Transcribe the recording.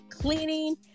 Cleaning